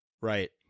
Right